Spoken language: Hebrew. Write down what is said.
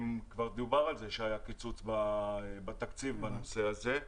כבר דובר על כך שהיה קיצוץ בתקציב בנושא הזה.